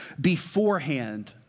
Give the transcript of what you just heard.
beforehand